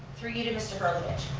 for you, mr. herlovitch,